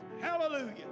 Hallelujah